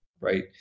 right